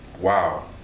wow